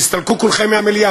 תסתלקו כולכם מהמליאה,